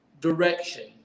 direction